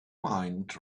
mind